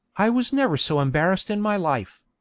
i was never so embarrassed in my life.